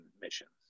missions